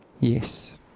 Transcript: Yes